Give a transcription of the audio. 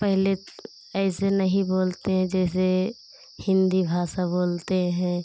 पहले ऐसे नहीं बोलते जैसे हिन्दी भाषा बोलते हैं